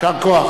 ההצעה